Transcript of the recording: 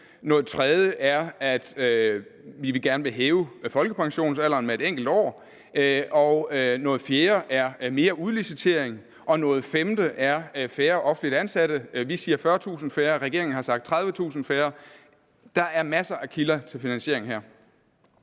noget tredje er, at vi gerne vil hæve folkepensionsalderen med et enkelt år, og noget fjerde er mere udlicitering, og noget femte er færre offentligt ansatte. Vi siger, at der skal være 40.000 færre; regeringen har sagt, at der skal være 30.000 færre. Der er masser af kilder til finansiering.